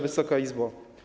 Wysoka Izbo!